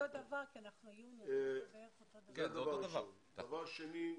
דבר שני.